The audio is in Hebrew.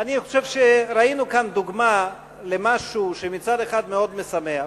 אני חושב שראינו כאן דוגמה למשהו שמצד אחד מאוד משמח.